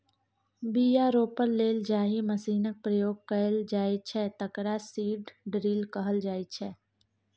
बीया रोपय लेल जाहि मशीनक प्रयोग कएल जाइ छै तकरा सीड ड्रील कहल जाइ छै